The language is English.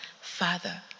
Father